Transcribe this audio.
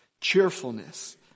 cheerfulness